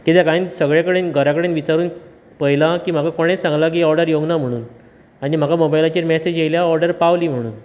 कित्याक हांवें सगळे कडेन घरा कडेन विचारून पळयलां की म्हाका कोणेच सागूंक ना ऑडर येवना म्हणून आनी म्हाका मोबायलाचेर मेसेज येयला ऑडर पावली म्हणून